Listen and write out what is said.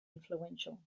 influential